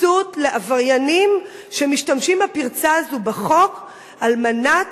לעבריינים שמשתמשים בפרצה הזאת בחוק על מנת